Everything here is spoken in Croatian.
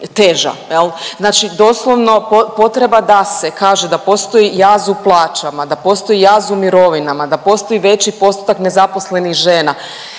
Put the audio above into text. znači doslovno potreba da se kaže da postoji jaz u plaćama, da postoji jaz u mirovinama, da postoji veći postotak nezaposlenih žena,